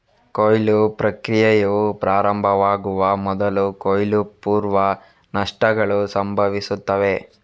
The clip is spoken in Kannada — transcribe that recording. ಕೊಯ್ಲು ಪ್ರಕ್ರಿಯೆಯು ಪ್ರಾರಂಭವಾಗುವ ಮೊದಲು ಕೊಯ್ಲು ಪೂರ್ವ ನಷ್ಟಗಳು ಸಂಭವಿಸುತ್ತವೆ